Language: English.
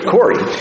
Corey